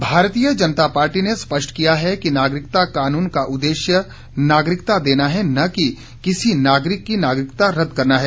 Nadda Bharatiya Janata party ने स्पष्ट कहा है कि नागरिकता कानून का उद्देश्य नागरिकता देना है न कि किसी नागरिक की नागरिकता रद्द करना है